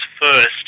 first